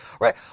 right